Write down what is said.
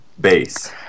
base